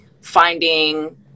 finding